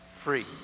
free